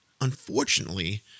unfortunately